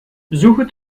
suche